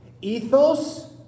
ethos